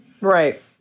right